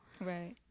Right